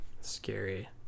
scary